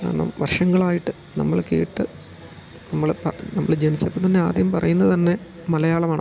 കാരണം വർഷങ്ങളായിട്ട് നമ്മള് കേട്ട് നമ്മള് നമ്മള് ജനിച്ചപ്പം തന്നെ ആദ്യം പറയ്ന്നത് തന്നെ മലയാളവാണ്